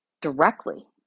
directly